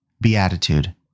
beatitude